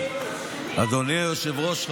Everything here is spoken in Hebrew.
אדוני היושב-ראש,